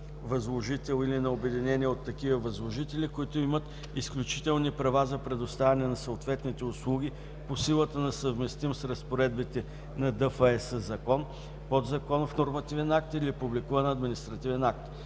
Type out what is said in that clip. възложител или на обединение от такива възложители, които имат изключителни права за предоставяне на съответните услуги по силата на съвместим с разпоредбите на ДФЕС закон, подзаконов нормативен акт или публикуван административен акт;